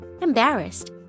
embarrassed